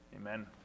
Amen